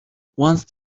once